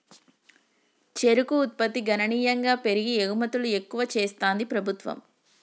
చెరుకు ఉత్పత్తి గణనీయంగా పెరిగి ఎగుమతులు ఎక్కువ చెస్తాంది ప్రభుత్వం